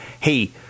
hey